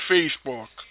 Facebook